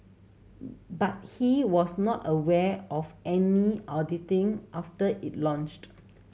but he was not aware of any auditing after it launched